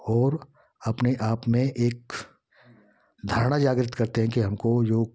और अपने आप में एक धारणा जागृत करते हैं कि हमको जो